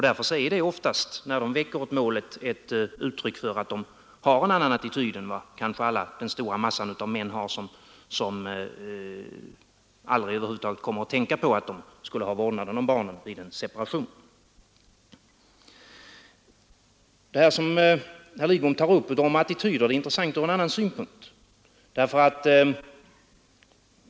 Därför är det förhållandet att de väcker målet oftast ett uttryck för att de har en annan attityd än den stora massan av män, som ofta inte ens kommer på tanken att de skulle kunna ha vårdnaden om barnen vid en separation. Det som herr Lidbom tar upp om attityder är intressant ur en annan synpunkt.